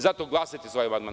Zato glasajte za ovaj amandman.